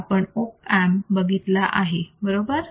आपण app app बघितलेला आहे बरोबर